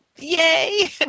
Yay